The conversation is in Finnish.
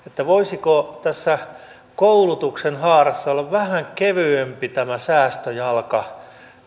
voisiko tässä koulutuksen haarassa olla vähän kevyempi tämä säästöjalka